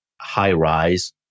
high-rise